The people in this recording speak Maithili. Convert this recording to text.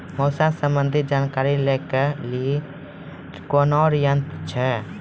मौसम संबंधी जानकारी ले के लिए कोनोर यन्त्र छ?